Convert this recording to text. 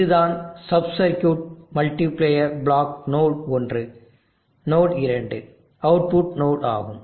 இதுதான் sub circuit multiplier block node ஒன்று node இரண்டு அவுட்புட் நோடு ஆகும்